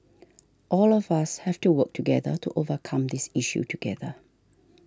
all of us have to work together to overcome this issue together